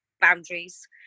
boundaries